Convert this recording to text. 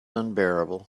unbearable